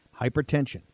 Hypertension